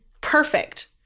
perfect